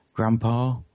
Grandpa